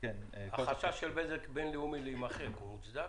החשש של בזק בינלאומי להימחק, הוא מוצדק?